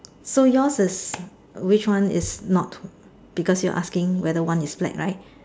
so yours is which one is not because you're asking whether one is black right